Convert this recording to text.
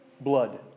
blood